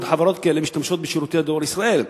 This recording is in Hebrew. חברות כאלה משתמשות בשירותי "דואר ישראל",